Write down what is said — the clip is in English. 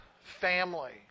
family